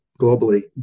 globally